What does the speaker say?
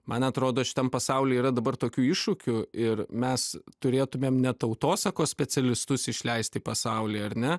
man atrodo šitam pasauly yra dabar tokių iššūkių ir mes turėtumėm ne tautosakos specialistus išleist į pasaulį ar ne